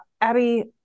Abby